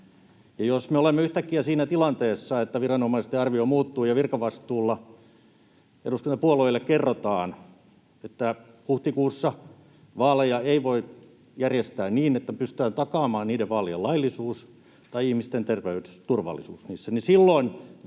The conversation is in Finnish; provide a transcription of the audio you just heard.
jos me olemme yhtäkkiä siinä tilanteessa, että viranomaisten arvio muuttuu ja virkavastuulla eduskuntapuolueille kerrotaan, että huhtikuussa vaaleja ei voi järjestää niin, että pystytään takaamaan niiden vaalien laillisuus tai ihmisten terveysturvallisuus niissä, niin silloin